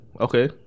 Okay